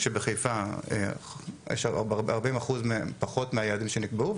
כשבחיפה 40% פחות מהיעדים שנקבעו,